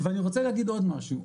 אני רוצה להגיד עוד משהו,